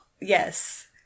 Yes